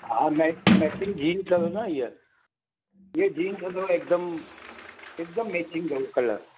हा मै matching jeans अथव न हीअ हीअ जींस अथव हिकदमि हिकदमि मैचिंग अथव कलर